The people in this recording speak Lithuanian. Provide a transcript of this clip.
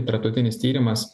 tarptautinis tyrimas